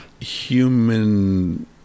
human